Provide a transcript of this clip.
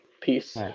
Peace